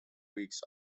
weeks